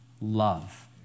love